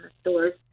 stores